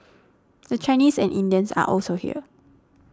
the Chinese and Indians are also here